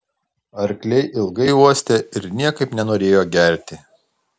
arkliai ilgai uostė ir niekaip nenorėjo gerti